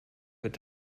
wird